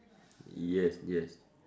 yes yes